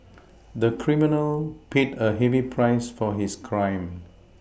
the criminal paid a heavy price for his crime